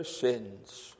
sins